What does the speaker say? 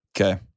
Okay